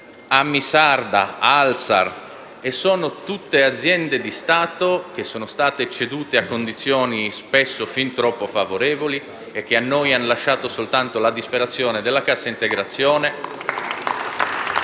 Ammi Sarda, Alsar: tutte aziende di Stato, che sono state cedute a condizioni spesso fin troppo favorevoli, che a noi hanno lasciato soltanto la disperazione della cassa integrazione